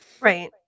Right